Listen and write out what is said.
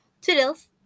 toodles